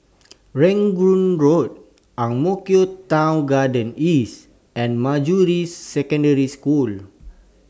Rangoon Road Ang Mo Kio Town Garden East and Manjusri Secondary School